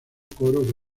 coro